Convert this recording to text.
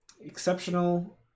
exceptional